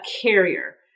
carrier